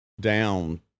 down